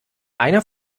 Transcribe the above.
einer